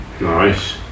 Nice